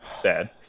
Sad